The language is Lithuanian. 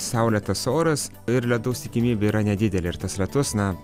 saulėtas oras ir lietaus tikimybė yra nedidelė ir tas lietus na